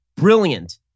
Brilliant